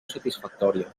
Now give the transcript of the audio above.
satisfactòria